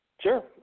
Sure